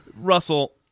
Russell